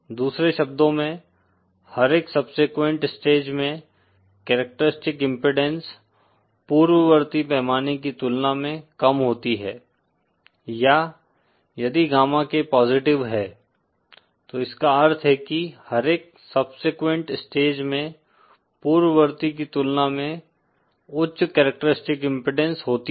दूसरे शब्दों में हर एक सबसेकेंट स्टेज में करैक्टरिस्टिक्स इम्पीडेंस पूर्ववर्ती पैमाने की तुलना में कम होती है या यदि गामा K पॉजिटिव है तो इसका अर्थ है कि हर एक सबसेकेंट स्टेज में पूर्ववर्ती की तुलना में उच्च करैक्टरिस्टिक्स इम्पीडेंस होती है